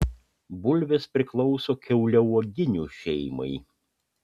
bulvės priklauso kiauliauoginių šeimai